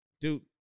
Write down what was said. Dude